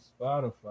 Spotify